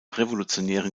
revolutionären